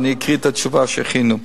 אבל אקריא את התשובה שהכינו לי.